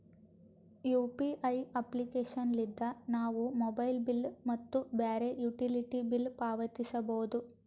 UPI application ಲಿದ್ದ ನಾವು mobile bill ಮತ್ತು ಬ್ಯಾರೆ ಯುಟಿಲಿಟಿ ಬಿಲ್ ಪಾವತಿಸಬೋದು